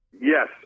Yes